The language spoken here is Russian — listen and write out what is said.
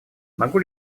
могу